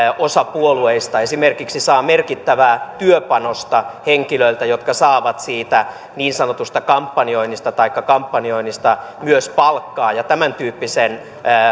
osa puolueista esimerkiksi saa merkittävää työpanosta henkilöiltä jotka saavat siitä niin sanotusta kampanjoinnista taikka kampanjoinnista myös palkkaa ja tämäntyyppisen